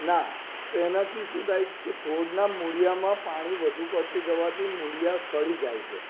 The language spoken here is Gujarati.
ના તેનાથી શું થાય કે છોડના મૂળિયામાં પાણી વધુ પડતું જવાથી મૂળિયાં સડી જાય છે